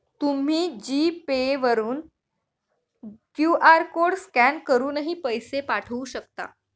तुम्ही G pay वरून QR code scan करूनही पैसे पाठवू शकता